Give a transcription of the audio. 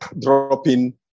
dropping